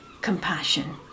compassion